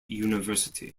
university